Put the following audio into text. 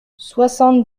soixante